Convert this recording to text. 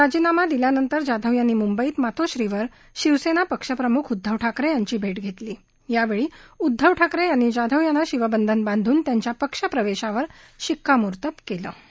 राजीनामा दिल्यानंतर जाधव यांनी मुंबईत मातोश्रीवर शिवसत्ती पक्षप्रमुख उद्धव ठाकरखिंची भावरखिंची यावळी उद्धव ठाकरखिंनी जाधव यांना शिवबंधन बांधून त्यांच्या पक्षप्रवध्यावर शिक्कामोर्तब कलि